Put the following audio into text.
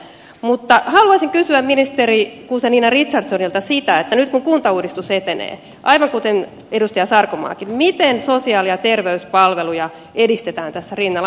mutta haluaisin kysyä ministeri guzenina richardsonilta sitä aivan kuten edustaja sarkomaakin että nyt kun kuntauudistus etenee miten sosiaali ja terveyspalveluja edistetään tässä rinnalla